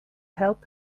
help